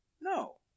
No